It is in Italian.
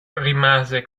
rimase